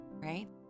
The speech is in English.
right